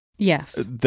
Yes